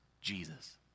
Jesus